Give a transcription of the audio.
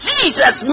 Jesus